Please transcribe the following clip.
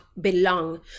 belong